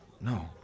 no